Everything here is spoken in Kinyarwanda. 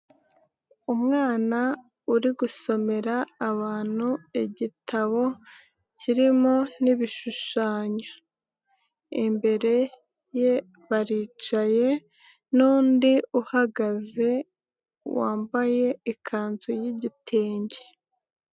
Umwana uri gusomera abantu igitabo, kirimo n'ibishushanyo. Imbere ye baricaye n'undi uhagaze wambaye ikanzu y'igitenge.